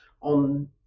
on